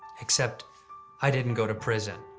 except i didn't go to prison.